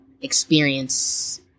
experience